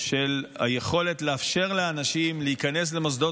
של היכולת לאפשר לאנשים להיכנס למוסדות